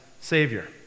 Savior